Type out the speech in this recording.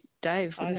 Dave